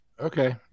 Okay